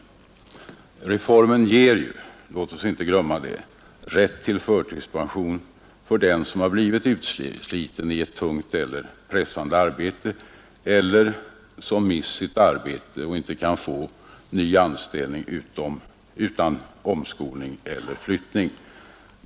Reformen ger ju — låt oss inte glömma det — rätt till förtidspension för den som har blivit utsliten i ett tungt eller pressande arbete eller som mist sitt arbete och inte kan få ny anställning utan omskolning eller flyttning.